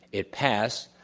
it passed,